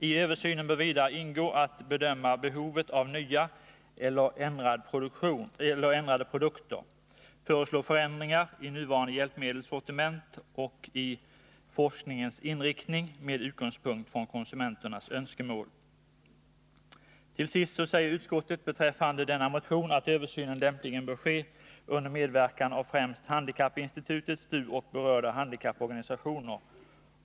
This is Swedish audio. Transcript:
I översynen bör vidare ingå att bedöma behovet av nya eller ändrade produkter, föreslå — Tekniska hjälpförändringar i nuvarande hjälpmedelssortiment och i forskningens inriktning — medel till handimed utgångspunkt i konsumenternas önskemål. Till sist säger utskottet beträffande denna motion att översynen lämpligen bör ske under medverkan av främst handikappinstitutet, STU och berörda handikapporganisationer.